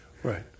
Right